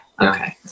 Okay